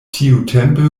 tiutempe